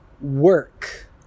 work